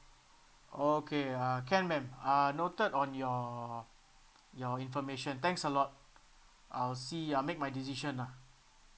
okay uh can ma'am uh noted on your your information thanks a lot I'll see I'll make my decision lah